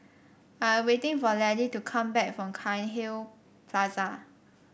I am waiting for Laddie to come back from Cairnhill Plaza